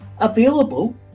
Available